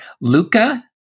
Luca